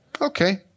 Okay